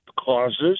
causes